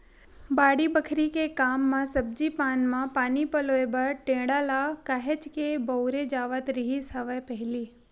बाड़ी बखरी के काम म सब्जी पान मन म पानी पलोय बर टेंड़ा ल काहेच के बउरे जावत रिहिस हवय पहिली